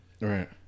Right